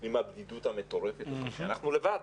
עם הבדידות המטורפת הזאת, אנחנו לבד,